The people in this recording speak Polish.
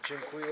Dziękuję.